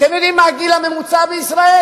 אתם יודעים מה הגיל הממוצע בישראל?